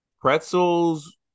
pretzels